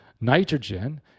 nitrogen